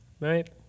right